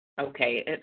Okay